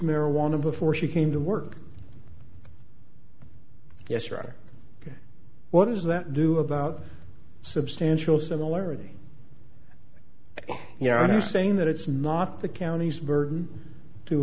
marijuana before she came to work yes rather what does that do about substantial similarity you know are you saying that it's not the county's burden to